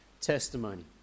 testimony